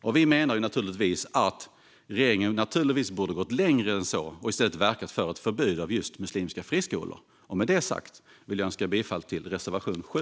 Men vi menar att regeringen borde ha gått längre än så och i stället ha verkat för ett förbud mot just muslimska friskolor. Med det sagt vill jag yrka bifall till reservation 7.